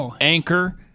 anchor